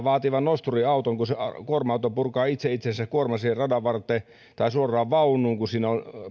vaatii vain nosturiauton se kuorma auto purkaa itse itsensä sen kuorman siihen radanvarteen tai suoraan vaunuun kun siinä on